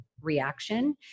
reaction